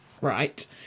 right